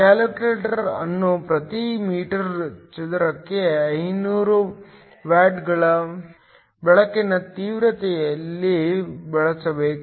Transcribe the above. calculator ಅನ್ನು ಪ್ರತಿ metre ಚದರಕ್ಕೆ 500 ವ್ಯಾಟ್ಗಳ ಬೆಳಕಿನ ತೀವ್ರತೆಯಲ್ಲಿ ಬಳಸಬೇಕು